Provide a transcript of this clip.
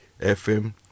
FM